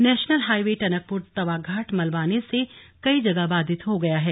national highway Tanakpur तवाघाट मलबा आने से कई जगह बाधित हो गया है